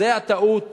זו הטעות